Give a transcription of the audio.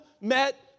met